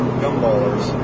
gumballers